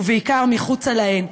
ובעיקר מחוצה להן,